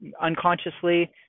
unconsciously